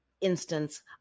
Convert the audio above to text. instance